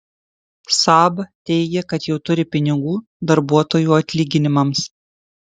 saab teigia kad jau turi pinigų darbuotojų atlyginimams